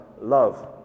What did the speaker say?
love